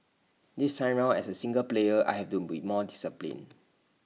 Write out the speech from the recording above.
this time round as A singles player I have to be more disciplined